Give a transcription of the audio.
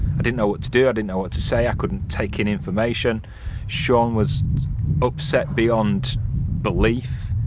i didn't know what to do, i didn't know what to say i couldn't take in information shaun was upset beyond belief.